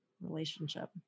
relationship